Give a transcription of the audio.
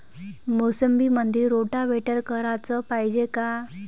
मोसंबीमंदी रोटावेटर कराच पायजे का?